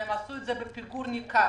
והם עשו את זה בפיגור ניכר,